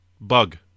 bug